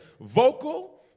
Vocal